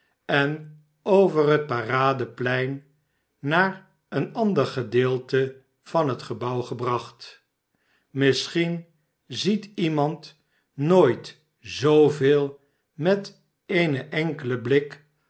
en over het paradeplein r naar een ander gedeelte van het gebouw gebracht misschien ziet iemand nooit zooveel met een enkelen blik